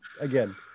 again